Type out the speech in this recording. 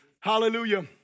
Hallelujah